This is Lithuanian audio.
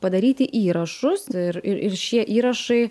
padaryti įrašus ir ir šie įrašai